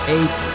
Eight